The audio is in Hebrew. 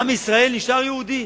עם ישראל נשאר יהודי.